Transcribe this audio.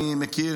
אני מכיר